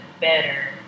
better